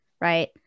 right